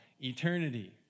eternity